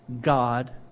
God